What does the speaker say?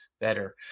better